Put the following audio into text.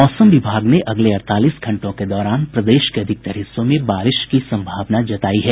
मौसम विभाग ने अगले अड़तालीस घंटों के दौरान प्रदेश के अधिकतर हिस्सों में बारिश की संभावना जतायी है